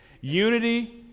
Unity